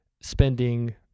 spending